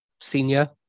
senior